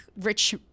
rich